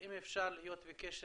אם אפשר להיות בקשר